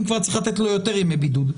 אם כבר, צריך לתת לו יותר ימי בידוד.